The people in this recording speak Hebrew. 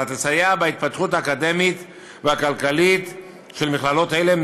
על מנת לסייע בהתפתחות האקדמית והכלכלית של מכללות אלה.